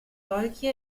solche